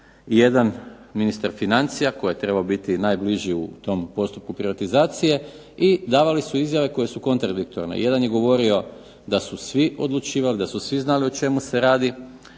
jedan ministar financija koji je trebao biti najbliži u tom postupku privatizacije i davali su izjave koje su kontradiktorne. Jedan je govorio da su svi znali o čemu se radi,